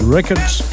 Records